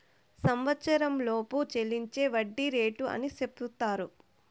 సంవచ్చరంలోపు చెల్లించే వడ్డీ రేటు అని సెపుతారు